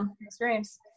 experience